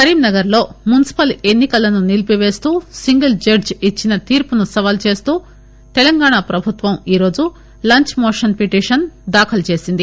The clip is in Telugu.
కరీంనగర్లో మునిసిపల్ ఎన్ని కలను నిలిపివేస్తూ సింగిల్ జడ్జి ఇచ్చిన తీర్పును సవాలు చేస్తూ తెలంగాణ ప్రభుత్వం ఈ రోజు లంచ్ మోషన్ పిటిషన్ దాఖలు చేసింది